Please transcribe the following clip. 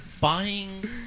buying